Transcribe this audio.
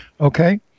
okay